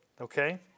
Okay